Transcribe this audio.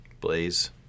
Blaze